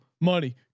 money